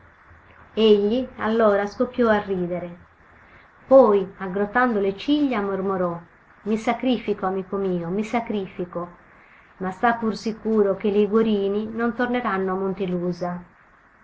egli allora scoppiò a ridere poi aggrottando le ciglia mormorò i sacrifico amico mio mi sacrifico ma sta pur sicuro che i liguorini non torneranno a montelusa non